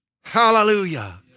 Hallelujah